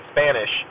Spanish